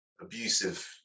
abusive